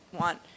want